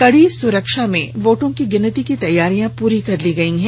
कड़ी सुरक्षा में वोटों की गिनती की तैयारियां पूरी कर ली गई हैं